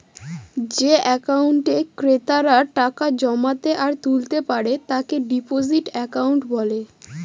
যে একাউন্টে ক্রেতারা টাকা জমাতে আর তুলতে পারে তাকে ডিপোজিট একাউন্ট বলে